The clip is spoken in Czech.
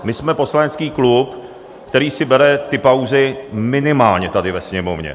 My jsme poslanecký klub, který si bere ty pauzy minimálně tady ve Sněmovně.